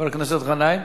לא.